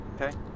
Okay